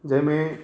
जंहिंमें